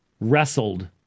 wrestled